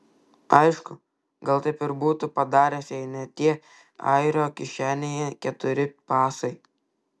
aišku gal taip ir būtų padaręs jei ne tie airio kišenėje keturi pasai